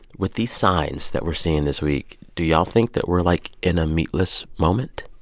with these signs that we're seeing this week, do y'all think that we're, like, in a meatless moment?